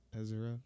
Ezra